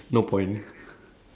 ya ya that's why